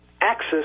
axis